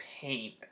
pain